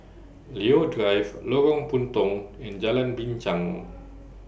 Leo Drive Lorong Puntong and Jalan Binchang